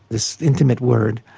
this intimate word,